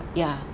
ya